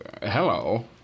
hello